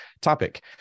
topic